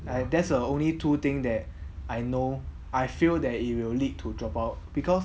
and that's your only two thing that I know I feel that it will lead to drop out because